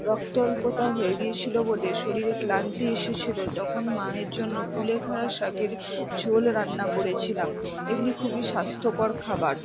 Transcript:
রক্তাল্পতা হয়ে গিয়েছিল বলে শরীরে ক্লান্তি এসেছিল তখন মায়ের জন্য কুলেখাড়া শাকের ঝোল রান্না করেছিলাম এগুলি খুবই স্বাস্থ্যকর খাবার